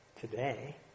today